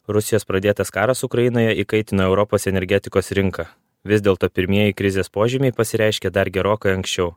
rusijos pradėtas karas ukrainoje įkaitina europos energetikos rinką vis dėlto pirmieji krizės požymiai pasireiškė dar gerokai anksčiau